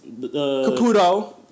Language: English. Caputo